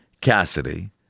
Cassidy